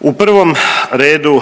U prvom redu